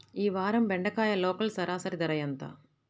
ఈ వారం బెండకాయ లోకల్ సరాసరి ధర ఎంత?